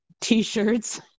t-shirts